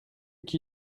qui